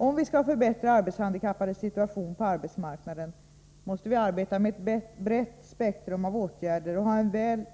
Om vi skall kunna förbättra arbetshandikappades situation på arbetsmarknaden måste vi arbeta med ett brett spektrum av åtgärder och ha